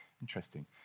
Interesting